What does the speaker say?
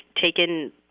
taken